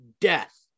death